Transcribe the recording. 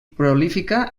prolífica